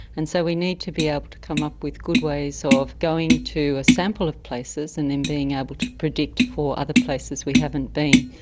and so we need to be able to come up with good ways so of going to a sample of places and then being able to predict for other places we haven't been.